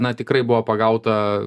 na tikrai buvo pagauta